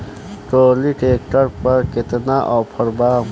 Trolley tractor पर केतना offer बा?